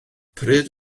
pryd